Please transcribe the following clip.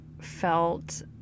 felt